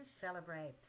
celebrate